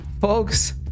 Folks